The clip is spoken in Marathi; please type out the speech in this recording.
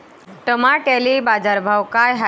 टमाट्याले बाजारभाव काय हाय?